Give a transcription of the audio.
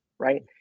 Right